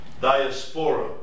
diaspora